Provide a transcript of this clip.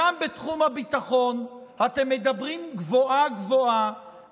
גם בתחום הביטחון אתם מדברים גבוהה-גבוהה,